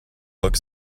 look